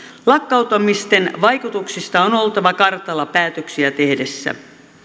lakkauttamisten vaikutuksista on oltava kartalla päätöksiä tehdessä